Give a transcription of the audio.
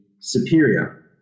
superior